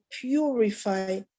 purify